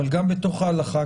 אבל גם בתוך ההלכה,